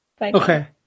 okay